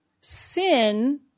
sin